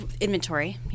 inventory